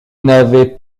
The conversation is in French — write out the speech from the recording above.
n’avait